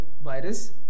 virus